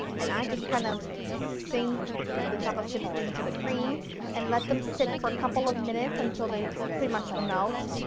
and i just kind of sink the chocolate chips into the cream and let them sit for a couple of minutes until they pretty much melt.